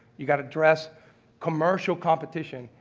you got address commercial competition,